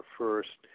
first